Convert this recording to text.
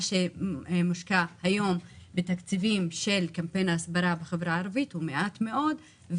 מה שמושקע היום בקמפיין הסברה בחברה הערבית הוא מעט מאוד,